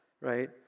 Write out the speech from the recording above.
Right